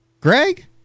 Greg